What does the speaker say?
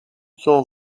tell